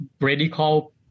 radical